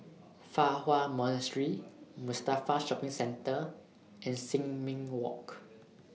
Fa Hua Monastery Mustafa Shopping Centre and Sin Ming Walk